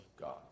God